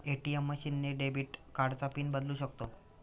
ATM machine ने debit कार्डचा PIN बदलू शकतो